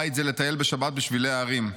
בית זה לטייל בשבת בשבילי ההרים,